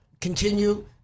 continue